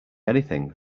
anything